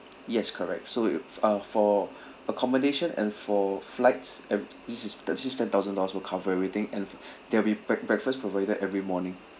yes correct so you uh for accommodation and for flights e~ this is actually ten thousand dollars will cover everything and there will be brea~ breakfast provided every morning